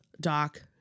Doc